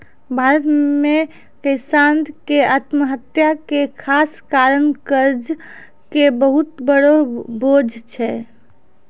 भारत मॅ किसान के आत्महत्या के खास कारण कर्जा के बहुत बड़ो बोझ छै